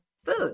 food